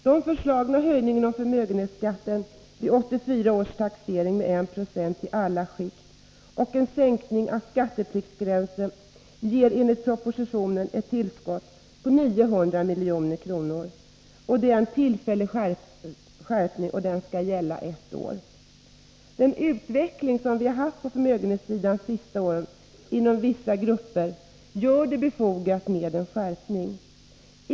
Den föreslagna höjningen av förmögenhetsskatten vid 1984 års taxering med 1 96 i alla skikt jämte den föreslagna sänkningen av skattepliktsgränsen ger enligt propositionen ett tillskott på 900 milj.kr. Det är en tillfällig skärpning, som skall gälla under ett år. Utvecklingen på förmögenhetssidan under de senaste åren inom vissa grupper gör det befogat med en skärpning.